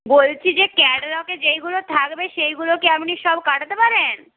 বলছি যে ক্যাটালগে যেইগুলো থাকবে সেইগুলো কি আপনি সব কাটাতে পারেন